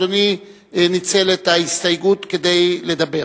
אדוני ניצל את ההסתייגות כדי לדבר.